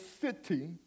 city